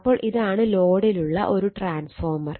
അപ്പോൾ ഇതാണ് ലോഡിലുള്ള ഒരു ട്രാൻസ്ഫോർമർ